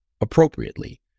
Appropriately